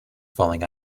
falling